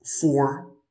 four